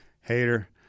Hater